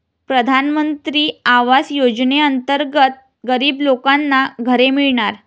प्रधानमंत्री आवास योजनेअंतर्गत गरीब लोकांना घरे मिळणार